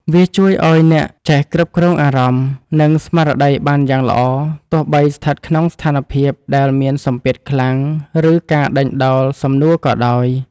វាជួយឱ្យអ្នកចេះគ្រប់គ្រងអារម្មណ៍ និងស្មារតីបានយ៉ាងល្អ ទោះបីស្ថិតក្នុងស្ថានភាពដែលមានសម្ពាធខ្លាំង ឬការដេញដោលសំណួរក៏ដោយ។